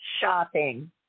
shopping